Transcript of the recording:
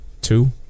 two